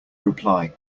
reply